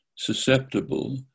Susceptible